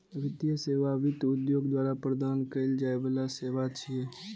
वित्तीय सेवा वित्त उद्योग द्वारा प्रदान कैल जाइ बला सेवा छियै